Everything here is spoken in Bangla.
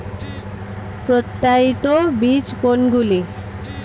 প্রত্যায়িত বীজ কোনগুলি?